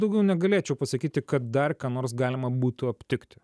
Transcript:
daugiau negalėčiau pasakyti kad dar ką nors galima būtų aptikti